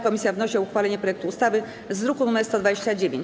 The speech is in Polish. Komisja wnosi o uchwalenie projektu ustawy z druku nr 129.